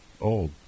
old